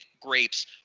grapes